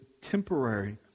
temporary